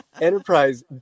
enterprise